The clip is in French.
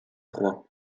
trois